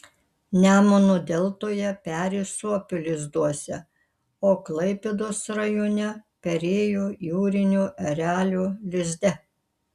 nemuno deltoje peri suopių lizduose o klaipėdos rajone perėjo jūrinio erelio lizde